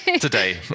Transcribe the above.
Today